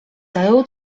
dają